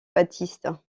baptiste